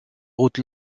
route